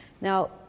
Now